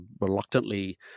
reluctantly